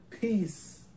Peace